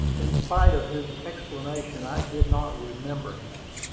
in spite of his explanation i did not remember him.